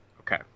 Okay